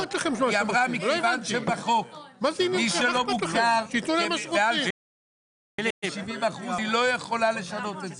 היא אמרה שמכיוון מי שלא מוגדר מעל 70% היא לא יכולה לשנות את זה.